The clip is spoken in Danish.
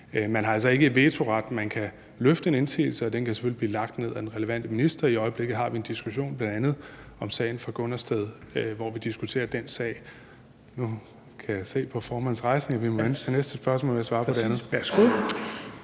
man har altså ikke vetoret. Man kan løfte en indsigelse, og den kan selvfølgelig blive lagt ned af den relevante minister. I øjeblikket har vi bl.a. en diskussion om sagen fra Gundersted, hvor vi diskuterer den sag. Nu kan jeg se, at formanden rejser sig, så vi må vente til næste spørgsmål med at svare på det andet.